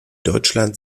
deutschland